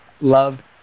Love